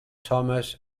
thomas